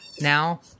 now